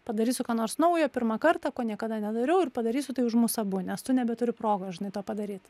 padarysiu ką nors naujo pirmą kartą ko niekada nedariau ir padarysiu tai už mus abu nes tu nebeturi progos žinai to padaryt